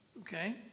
okay